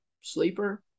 sleeper